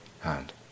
hand